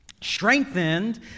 strengthened